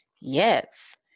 Yes